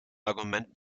argument